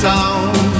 Sound